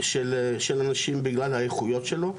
של אנשים בגלל האיכויות שלו.